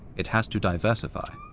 it has to diversify.